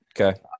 Okay